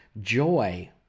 joy